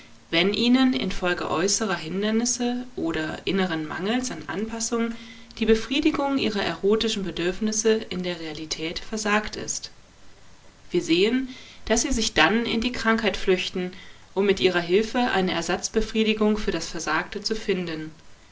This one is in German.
wenn ihnen infolge äußerer hindernisse oder inneren mangels an anpassung die befriedigung ihrer erotischen bedürfnisse in der realität versagt ist wir sehen daß sie sich dann in die krankheit flüchten um mit ihrer hilfe eine ersatzbefriedigung für das versagte zu finden